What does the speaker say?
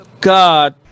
God